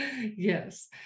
Yes